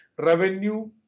revenue